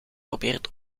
probeert